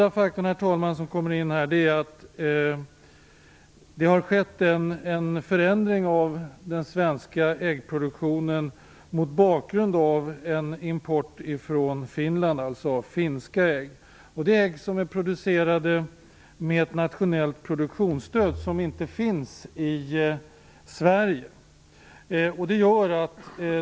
Den faktor som för det andra kommer in är att det har skett en förändring av den svenska äggproduktionen mot bakgrund av en import av finska ägg, framställda med ett nationellt produktionsstöd som inte finns i Sverige.